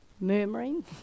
murmuring